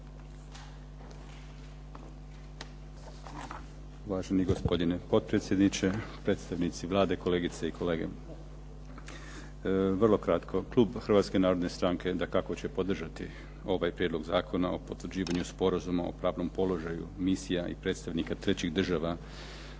Uvaženi gospodine potpredsjedniče, predstavnici Vlade, kolegice i kolege. Vrlo kratko. Klub Hrvatske narodne stranke dakako će podržati ovaj prijedlog Zakona o potvrđivanju Sporazuma o pravnom položaju misija i predstavnika trećih država